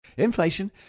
inflation